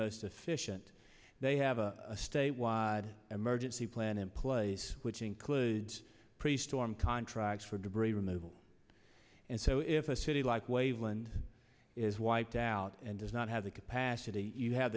most efficient they have a statewide emergency plan in place which includes pretty storm contracts for debris removal and so if a city like waveland is wiped out and does not have the capacity you ha